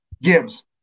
Gibbs